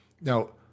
Now